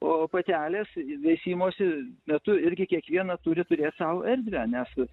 o patelės veisimosi metu irgi kiekviena turi turėti sau erdvę nes